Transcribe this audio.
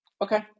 okay